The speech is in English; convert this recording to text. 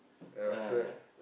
uh ya